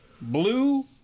Blue